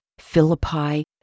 Philippi